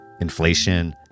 inflation